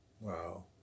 Wow